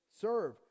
serve